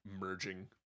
merging